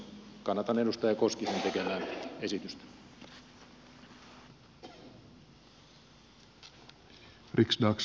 kannatan edustaja koskisen tekemää esitystä